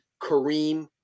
Kareem